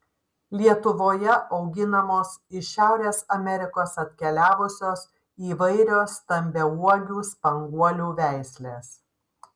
lietuvoje auginamos iš šiaurės amerikos atkeliavusios įvairios stambiauogių spanguolių veislės